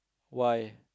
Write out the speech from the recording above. why